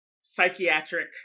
psychiatric